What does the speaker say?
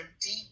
deep